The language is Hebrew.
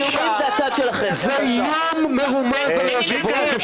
זה איום מרומז על היושב-ראש.